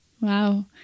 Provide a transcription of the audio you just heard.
Wow